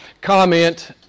comment